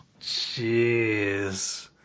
Jeez